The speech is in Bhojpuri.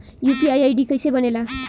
यू.पी.आई आई.डी कैसे बनेला?